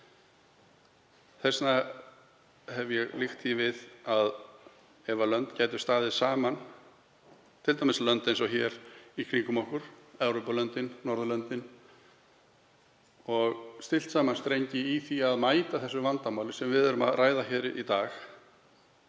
vegna hef ég líkt því við það ef lönd gætu staðið saman, t.d. lönd í kringum okkur, Evrópulöndin, Norðurlöndin, og stillt saman strengi í því að mæta því vandamáli sem við erum að ræða hér í dag,